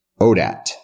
odat